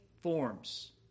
forms